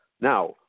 Now